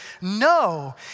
No